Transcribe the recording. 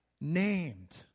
named